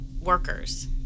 workers